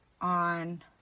on